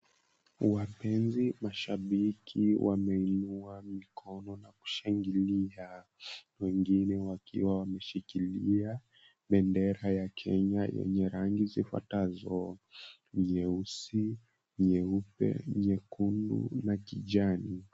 Wapenzi mashabiki wameinua mikono na kushangilia. Wengine wakiwa wameshikilia bendera ya Kenya yenye rangi zifuatazo, nyeusi, nyeupe, nyekundu na kijani.